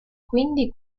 quindi